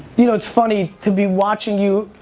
you know it's funny to be watching you,